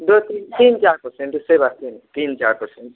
दो तीन तीन चार परसेंट उससे बाकी नहीं तीन चार परसेंट